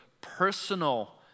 personal